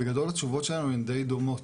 בגדול התשובות שלנו הן די דומות.